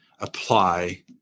apply